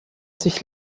sich